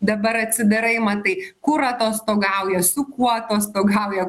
dabar atsidarai matai kur atostogauja su kuo atostogauja